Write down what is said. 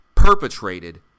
perpetrated